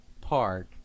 park